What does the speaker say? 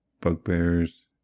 bugbears